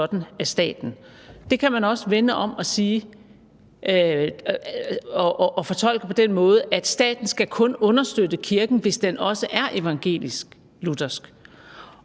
Det kan man også vende om og fortolke på den måde, at staten kun skal understøtte kirken, hvis den også er evangelisk-luthersk.